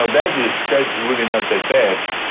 ah that is, that's really not that bad.